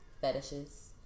Fetishes